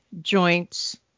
joints